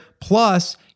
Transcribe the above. Plus